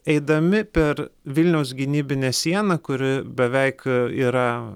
eidami per vilniaus gynybinę sieną kuri beveik yra